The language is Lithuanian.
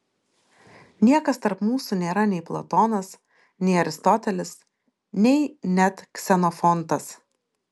niekas tarp mūsų nėra nei platonas nei aristotelis nei net ksenofontas